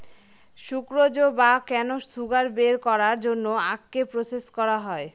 sucrose বা cane sugar বের করার জন্য আখকে প্রসেস করা হয়